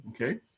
okay